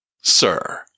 Sir